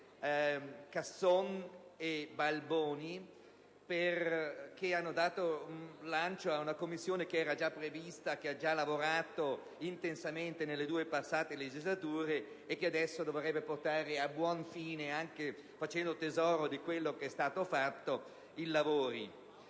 Casson e Balboni, perché hanno dato slancio ad una Commissione già prevista, che ha lavorato intensamente nelle due passate legislature e che adesso dovrebbe portare a buon fine, anche facendo tesoro di quello che è stato fatto in